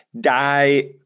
die